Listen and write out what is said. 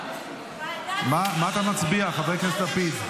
מה אתה מצביע, חבר הכנסת לפיד?